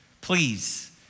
Please